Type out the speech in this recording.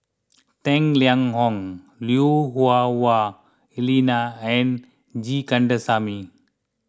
Tang Liang Hong Lui Hah Wah Elena and G Kandasamy